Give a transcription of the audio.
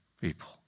people